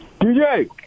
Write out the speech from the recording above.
DJ